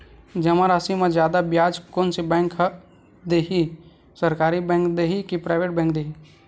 जमा राशि म जादा ब्याज कोन से बैंक ह दे ही, सरकारी बैंक दे हि कि प्राइवेट बैंक देहि?